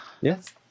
Yes